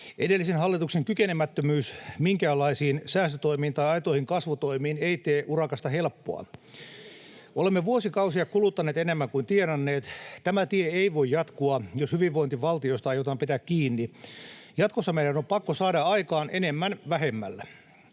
Edellisen hallituksen kykenemättömyys minkäänlaisiin säästötoimiin tai aitoihin kasvutoimiin ei tee urakasta helppoa. [Antti Lindtman: Ai syytätte edellistä hallitusta?] Olemme vuosikausia kuluttaneet enemmän kuin tienanneet. Tämä tie ei voi jatkua, jos hyvinvointivaltiosta aiotaan pitää kiinni. Jatkossa meidän on pakko saada aikaan enemmän vähemmällä.